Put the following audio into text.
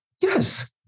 yes